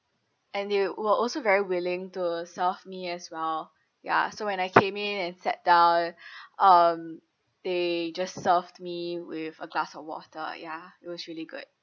and they were also very willing to serve me as well ya so when I came in and sat down um they just served me with a glass of water ya it was really good